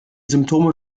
symptome